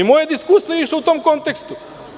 Moja diskusija je išla u tom kontekstu.